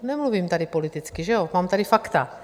Nemluvím tady politicky, že jo, mám tady fakta.